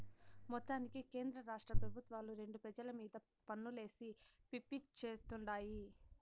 మొత్తానికి కేంద్రరాష్ట్ర పెబుత్వాలు రెండు పెజల మీద పన్నులేసి పిప్పి చేత్తుండాయి